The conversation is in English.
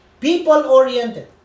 people-oriented